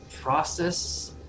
process